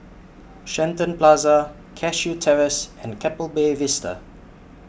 Shenton Plaza Cashew Terrace and Keppel Bay Vista